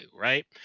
right